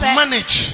manage